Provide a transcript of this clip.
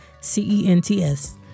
C-E-N-T-S